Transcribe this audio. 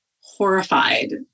horrified